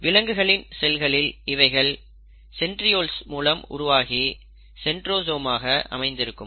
விலங்குகளின் செல்களில் இவைகள் சென்ட்ரியோல்ஸ் மூலம் உருவாகி சென்ட்ரோசோம் ஆக அமைந்திருக்கிறது